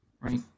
right